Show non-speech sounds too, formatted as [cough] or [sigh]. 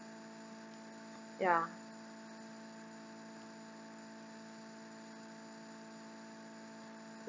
ya [breath]